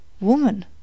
Woman